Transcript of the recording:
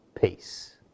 peace